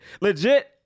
legit